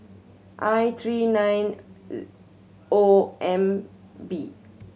I three nine O M B